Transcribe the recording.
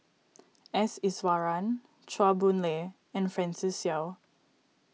S Iswaran Chua Boon Lay and Francis Seow